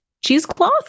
cheesecloth